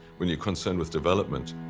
when you're concerned with development,